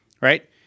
right